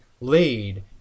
lead